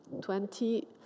Twenty